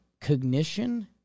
cognition